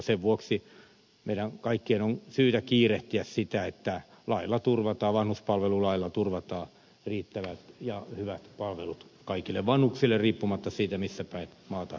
sen vuoksi meidän kaikkien on syytä kiirehtiä sitä että vanhuspalvelulailla turvataan riittävät ja hyvät palvelut kaikille vanhuksille riippumatta siitä missä päin maata he asuvat